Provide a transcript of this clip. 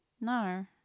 No